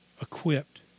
equipped